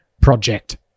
project